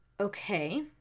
Okay